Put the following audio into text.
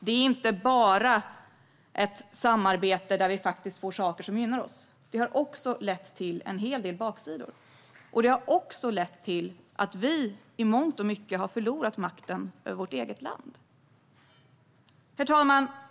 Det är inte bara ett samarbete där vi får saker som gynnar oss, utan det har också lett till en hel del baksidor och till att vi i mångt och mycket har förlorat makten över vårt eget land.